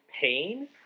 pain